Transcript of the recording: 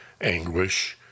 anguish